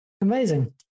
amazing